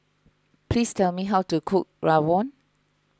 please tell me how to cook Rawon